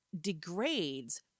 degrades